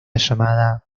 llamada